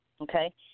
Okay